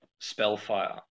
spellfire